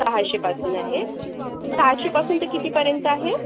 सहाशेपासून आहे सहाशेपासून ते कितीपर्यंत आहे